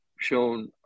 shown